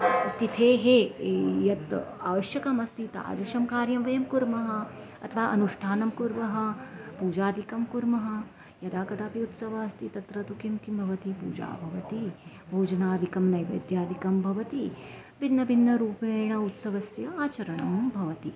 तिथेः यत् आवश्यकमस्ति तादृशं कार्यं वयं कुर्मः अथवा अनुष्ठानं कुर्मः पूजादिकं कुर्मः यदा कदापि उत्सवः अस्ति तत्र तु किं किं भवति पूजा भवति भोजनादिकं नैवैद्यादिकं भवति भिन्नभिन्नरूपेण उत्सवस्य आचरणं भवति